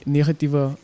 negatieve